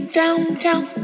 downtown